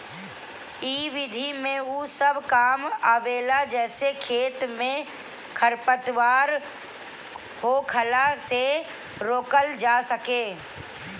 इ विधि में उ सब काम आवेला जेसे खेत में खरपतवार होखला से रोकल जा सके